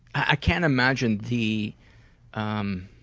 i can't imagine the um